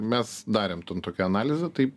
mes darėm ten tokią analizę tai